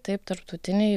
taip tarptautiniai